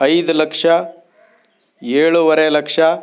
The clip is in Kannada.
ಐದು ಲಕ್ಷ ಏಳೂವರೆ ಲಕ್ಷ